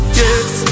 yes